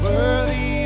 Worthy